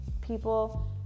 people